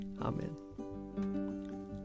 Amen